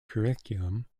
curriculum